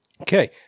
okay